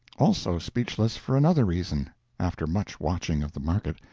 also speechless for another reason after much watching of the market,